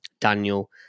Daniel